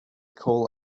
coal